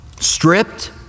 stripped